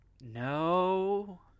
no